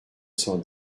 cent